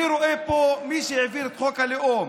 אני רואה פה את מי שהעביר את חוק הלאום,